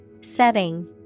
Setting